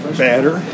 batter